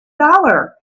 dollar